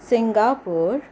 Singapore